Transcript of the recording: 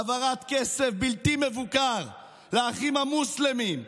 העברת כסף בלתי מבוקרת לאחים המוסלמים,